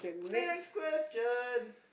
next question